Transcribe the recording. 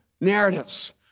narratives